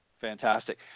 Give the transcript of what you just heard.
Fantastic